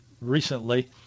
recently